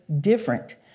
different